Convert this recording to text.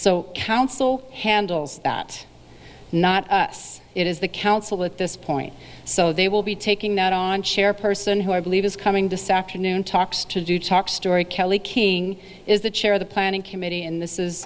so council handles that not it is the council at this point so they will be taking that on chair person who i believe is coming this afternoon talks to do talk story kelly king is the chair of the planning committee in this is